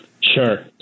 Sure